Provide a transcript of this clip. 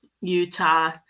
Utah